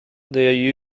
they